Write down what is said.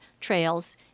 trails